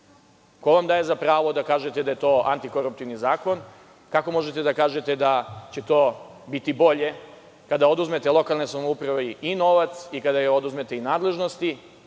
Ko vam daje za pravo da kažete da je to antikoruptivni zakon? Kako možete da kažete da će to biti bolje kada oduzmete lokalnoj samoupravi i novac i kada joj oduzmete i nadležnosti?